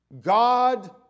God